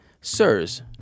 Sirs